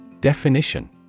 Definition